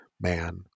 man